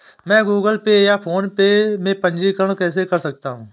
मैं Google pay या PhonePe में पंजीकरण कैसे कर सकता हूँ?